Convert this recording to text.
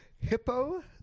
hippo